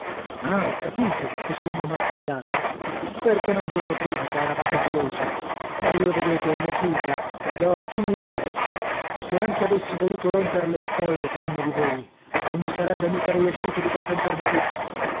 ah ho capito esclamò mastro jacopo perchè non dirlo prima che eravate gelosi ma io vedete mia figlia la dò a chi mi pare e se anche avessi voluto romperle il collo con uno di voi non mi sarebbe mica riescito di contentarvi tutti